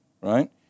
right